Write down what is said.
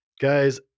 Guys